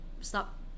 stop